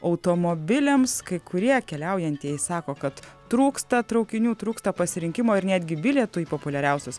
automobiliams kai kurie keliaujantieji sako kad trūksta traukinių trūksta pasirinkimo ir netgi bilietų į populiariausius